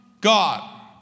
God